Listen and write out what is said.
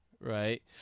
right